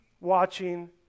watching